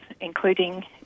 including